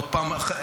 עוד פעם,